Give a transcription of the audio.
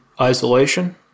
isolation